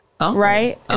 Right